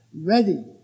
ready